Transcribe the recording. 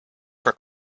for